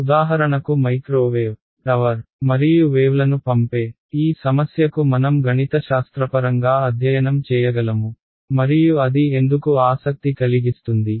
ఉదాహరణకు microwave tower మరియు వేవ్లను పంపే ఈ సమస్యకు మనం గణితశాస్త్రపరంగా అధ్యయనం చేయగలము మరియు అది ఎందుకు ఆసక్తి కలిగిస్తుంది